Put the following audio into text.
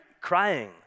crying